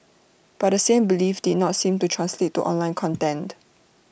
but the same belief did not seem to translate to online content